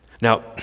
Now